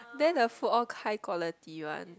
there the food all high quality one